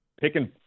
picking